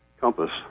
compass